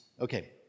Okay